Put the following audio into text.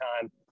time